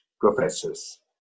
professors